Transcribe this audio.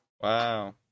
Wow